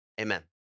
amen